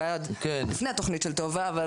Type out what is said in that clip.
זה היה עוד לפני התוכנית של טובה.